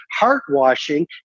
heartwashing